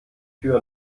tür